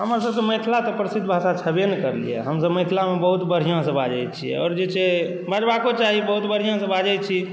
हमर सभके मिथिला तऽ प्रसिद्ध भाषा छैबे ने करै हमसभ मिथिलामे बहुत बढ़ियाँ सॅं बाजै छी आओर जे छै मानबाको चाही बहुत बढ़ियाँ से बाजै छी